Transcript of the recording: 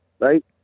Right